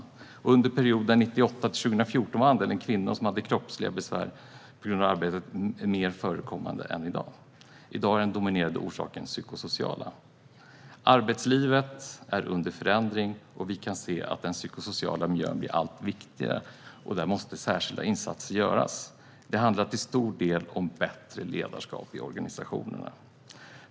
Under perioden 1998-2014 var andelen kvinnor som hade kroppsliga besvär på grund av arbetet större än i dag. I dag är den dominerande orsaken psykosocial. Arbetslivet är under förändring, och vi kan se att den psykosociala miljön blir allt viktigare. Där måste särskilda insatser göras. Det handlar till stor del om bättre ledarskap i organisationerna.